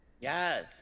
Yes